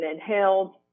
inhaled